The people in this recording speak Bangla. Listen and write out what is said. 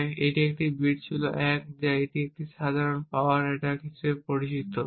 বা একটি কী বিট হল 1 এটি একটি সাধারণ পাওয়ার অ্যাটাক হিসাবে পরিচিত